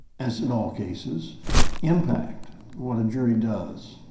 as in all cases impact what a jury does.